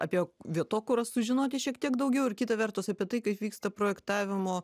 apie vietokūrą sužinoti šiek tiek daugiau ir kita vertus apie tai kaip vyksta projektavimo